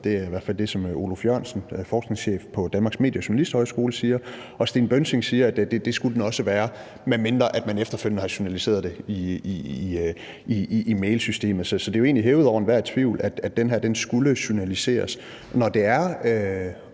Det er i hvert fald det, som Oluf Jørgensen, der er forskningschef på Danmarks Medie- og Journalisthøjskole, siger. Og Sten Bønsing siger, at det skulle den også være blevet, medmindre man efterfølgende har journaliseret den i mailsystemet. Så det er jo egentlig hævet over enhver tvivl, at den her sms skulle journaliseres. Når det også